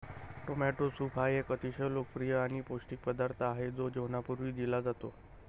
tomato soup हा एक अतिशय लोकप्रिय आणि पौष्टिक पदार्थ आहे जो जेवणापूर्वी दिला जातो